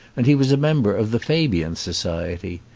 and he was a member of the fabian society.